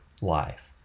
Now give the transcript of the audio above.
life